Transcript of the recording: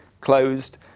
closed